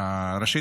ראשית,